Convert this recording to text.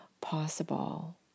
possible